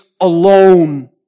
alone